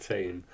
Team